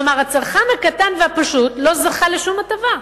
כלומר, הצרכן הקטן והפשוט לא זכה לשום הטבה.